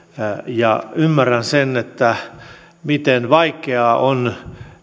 ja ymmärrän sen miten vaikeaa on